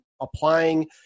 applying